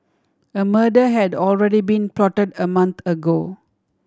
a murder had already been plotted a month ago